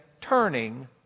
turning